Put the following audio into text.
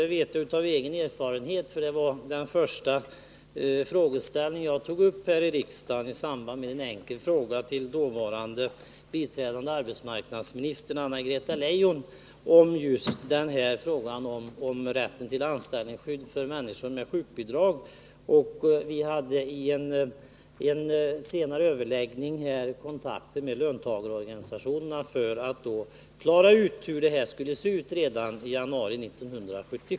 Det vet jag av egen erfarenhet, eftersom detta var den första frågeställning jag tog upp här i riksdagen i samband med en fråga till dåvarande biträdande arbetsmarknadsministern Anna-Greta Leijon om just rätten till anställningsskydd för människor med sjukbidrag. Vi hade vid en senare överläggning, redan i januari 1977, kontakter med löntagarorganisationerna för att klara ut hur det hela skulle se ut.